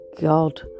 God